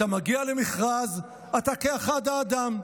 אתה מגיע למכרז, אתה כאחד האדם.